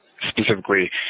specifically